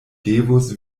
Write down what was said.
devus